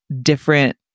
different